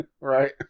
Right